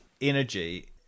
energy